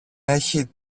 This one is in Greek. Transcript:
έχει